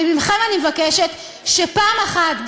ומכם אני מבקשת שפעם אחת,